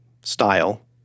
style